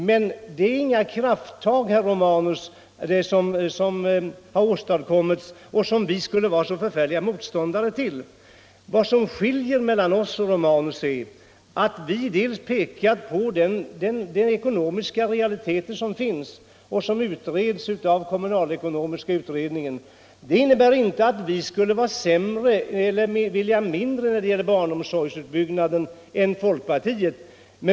Men det som åstadkommits och som vi skulle vara så förfärliga motståndare till är inga krafttag, herr Romanus. Vad som skiljer mellan oss och herr Romanus är att vi pekar på de ekonomiska realiteter som finns och som utreds av kommunalekonomiska utredningen. Det innebär inte att vi har mindre vilja när det gäller barnomsorgsutbyggnaden än folkpartiet.